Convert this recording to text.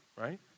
right